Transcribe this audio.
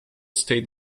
state